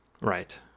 Right